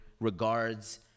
regards